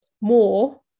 more